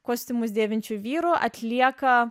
kostiumus dėvinčių vyrų atlieka